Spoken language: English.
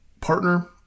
partner